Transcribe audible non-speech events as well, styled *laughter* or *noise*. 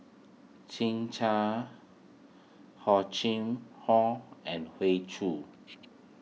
Chim Chui Hor Chim *unintelligible* and Hoey Choo